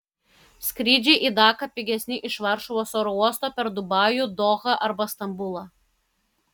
skrydžiai į daką pigesni iš varšuvos oro uosto per dubajų dohą arba stambulą